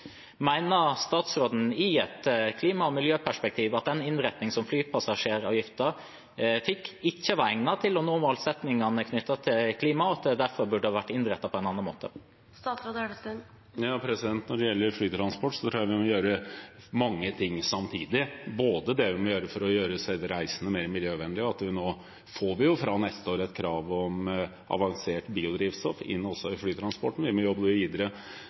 statsråden – i et klima- og miljøperspektiv – at den innretningen som flypassasjeravgiften fikk, ikke er egnet til å nå målsettingene knyttet til klima, og at den derfor burde vært innrettet på en annen måte? Når det gjelder flytransport, tror jeg man må gjøre mange ting samtidig. Vi må også gjøre det vi kan for å gjøre selve reisen mer miljøvennlig. Nå får vi fra neste år også inn et krav om avansert biodrivstoff i flytransporten. Vi må jobbe videre